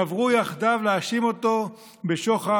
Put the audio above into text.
חברו יחדיו להאשים אותו בשוחד,